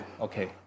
Okay